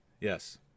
Yes